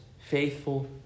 faithful